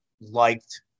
liked